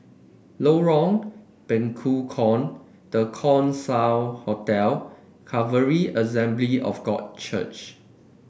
Lorong Bekukong The Keong Saik Hotel Calvary Assembly of God Church